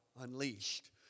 unleashed